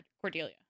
Cordelia